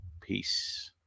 peace